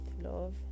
love